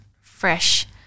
fresh